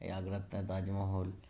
এই আগ্রার তা তাজমহল